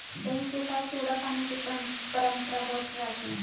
दही के साथ चूड़ा खाने की परंपरा बहुत प्राचीन है